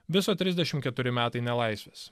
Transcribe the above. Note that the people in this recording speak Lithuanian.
viso trisdešimt keturi metai nelaisvės